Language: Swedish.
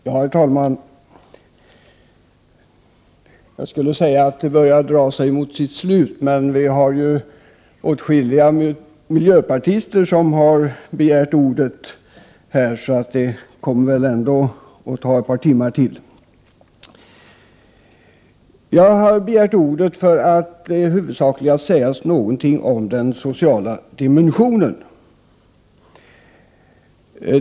Herr talman! Jag skulle säga att debatten börjar dra sig mot sitt slut, men vi har ju åtskilliga miljöpartister som har begärt ordet här, så det kommer väl ändå att ta minst ett par timmar till. Jag har begärt ordet för att i huvudsak säga någonting om den sociala dimensionen.